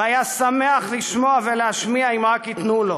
והיה שמח לשמוע ולהשמיע אם רק ייתנו לו.